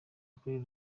ukuri